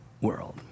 world